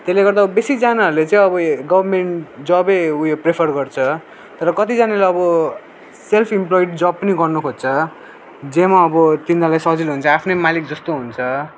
त्यसले गर्दा अब बेसीजनाहरूले चाहिँ अब ए गभर्मेन्ट जबै उयो प्रिफर गर्छ र कतिजनाले अब सेल्फ इम्प्लोइड जब पनि गर्नुखोज्छ जसमा अब तिनीहरूलाई सजिलो हुन्छ आफ्नै मालिक जस्तो हुन्छ